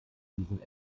diesen